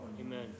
Amen